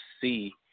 see